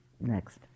next